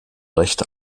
recht